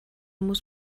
muss